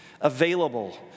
Available